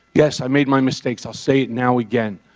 yes, i made my mistakes. i'll say it now again.